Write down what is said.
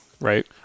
right